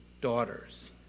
daughters